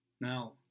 Now